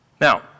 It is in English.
Now